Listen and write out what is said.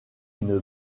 une